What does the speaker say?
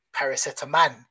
paracetamol